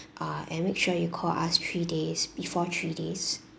uh and make sure you call us three days before three days